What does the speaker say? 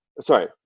Sorry